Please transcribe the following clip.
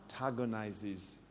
antagonizes